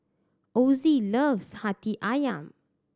Ossie loves Hati Ayam